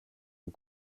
aux